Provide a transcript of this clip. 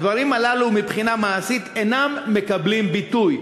הדברים הללו, מבחינה מעשית, אינם מקבלים ביטוי.